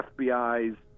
FBI's